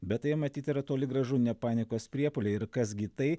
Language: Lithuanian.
bet tai matyt yra toli gražu ne panikos priepuoliai ir kas gi tai